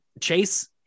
Chase